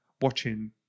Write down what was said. watching